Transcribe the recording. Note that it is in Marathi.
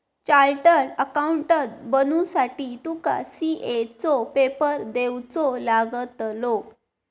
चार्टड अकाउंटंट बनुसाठी तुका सी.ए चो पेपर देवचो लागतलो